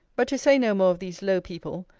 but to say no more of these low people,